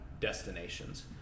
destinations